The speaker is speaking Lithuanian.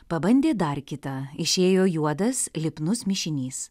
pabandė dar kitą išėjo juodas lipnus mišinys